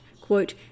quote